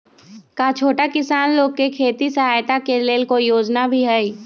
का छोटा किसान लोग के खेती सहायता के लेंल कोई योजना भी हई?